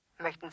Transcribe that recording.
Möchten